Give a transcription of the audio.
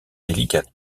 délicate